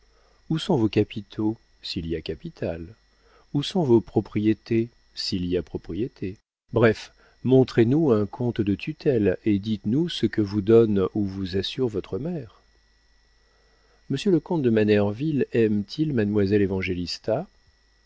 où sont vos capitaux s'il y a capital où sont vos propriétés s'il y a propriétés bref montrez-nous un compte de tutelle et dites-nous ce que vous donne ou vous assure votre mère monsieur le comte de manerville aime-t-il mademoiselle évangélista